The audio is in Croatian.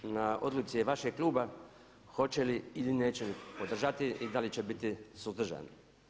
Na odluci je vašeg kluba hoće li ili neće podržati i da li će biti suzdržan.